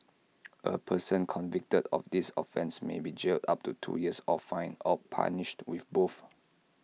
A person convicted of this offence may be jailed up to two years or fined or punished with both